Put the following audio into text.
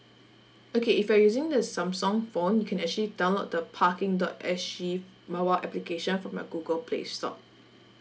okay if you're using the samsung phone you can actually download the parking dot S G mobile application from your google play store